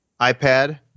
iPad